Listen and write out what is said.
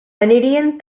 anirien